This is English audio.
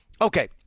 okay